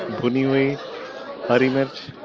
creamy lassi. let